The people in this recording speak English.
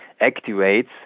activates